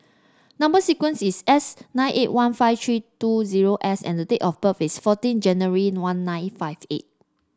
number sequence is S nine eight one five three two zero S and date of birth is fourteen January one nine five eight